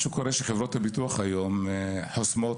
מה שקורה שחברות הביטוח היום חוסמות